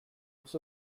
was